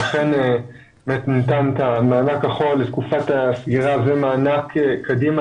אכן ניתן המענק לתקופת הסגירה ומענק קדימה